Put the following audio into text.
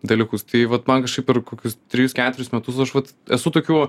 dalykus tai vat man kažkaip per kokius trejus ketverius metus aš vat esu tokių